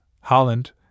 Holland